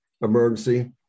emergency